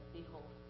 Behold